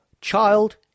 Child